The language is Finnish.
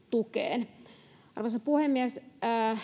tukeen arvoisa puhemies